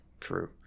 True